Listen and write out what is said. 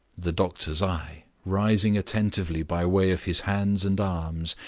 the doctor's eye, rising attentively by way of his hands and arms,